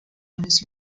eines